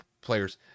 players